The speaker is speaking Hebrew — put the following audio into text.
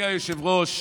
אדוני היושב-ראש,